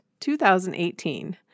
2018